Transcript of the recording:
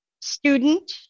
student